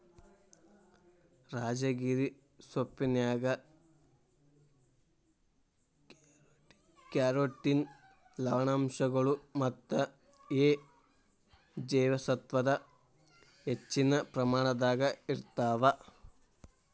ರಾಜಗಿರಿ ಸೊಪ್ಪಿನ್ಯಾಗ ಕ್ಯಾರೋಟಿನ್ ಲವಣಾಂಶಗಳು ಮತ್ತ ಎ ಜೇವಸತ್ವದ ಹೆಚ್ಚಿನ ಪ್ರಮಾಣದಾಗ ಇರ್ತಾವ